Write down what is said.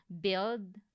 build